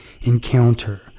encounter